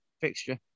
fixture